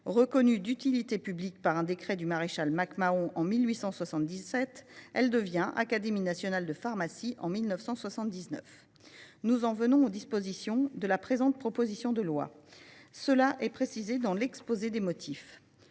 Reconnue d’utilité publique par un décret du maréchal de Mac Mahon en 1877, elle devint l’Académie nationale de pharmacie en 1979. Venons en aux dispositions de la présente proposition de loi. Ainsi que le précise l’exposé des motifs,